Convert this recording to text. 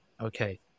Okay